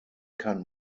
kann